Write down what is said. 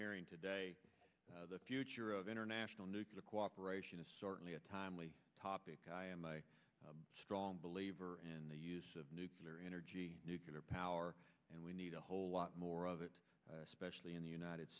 hearing today the future of international nuclear cooperation a sort of a a timely topic i am a strong believer in the use of nuclear energy nuclear power and we need a whole lot more of it especially in the united